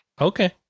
Okay